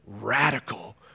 radical